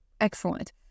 excellent